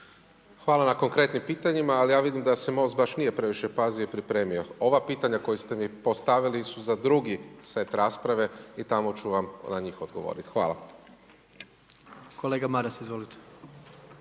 Hvala na konkretnim pitanjima, ali ja vidim da se Most baš nije previše pazio i pripremio. Ova pitanja koja ste mi postavili su za drugi set rasprave i tamo ću vam na njih odgovoriti. Hvala. **Jandroković,